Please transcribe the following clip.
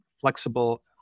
flexible